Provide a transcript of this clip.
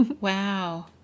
Wow